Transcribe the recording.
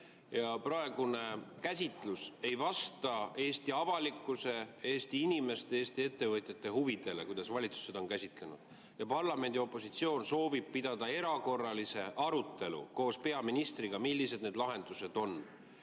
Ja praegune käsitlus ei vasta Eesti avalikkuse, Eesti inimeste ega Eesti ettevõtjate huvidele – see, kuidas valitsus seda on käsitlenud. Parlamendi opositsioon soovib pidada erakorralist arutelu koos peaministriga, [et teada saada,] millised on